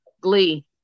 Glee